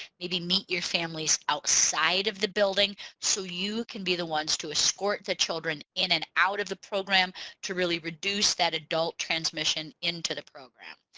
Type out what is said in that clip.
maybe meet your families outside of the building so you can be the ones to escort the children in and out of the program to really reduce that adult transmission into the program.